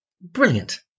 brilliant